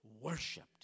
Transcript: worshipped